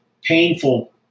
painful